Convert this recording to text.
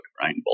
right